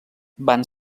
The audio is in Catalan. van